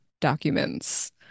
documents